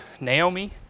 Naomi